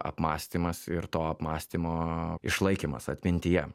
apmąstymas ir to apmąstymo išlaikymas atmintyje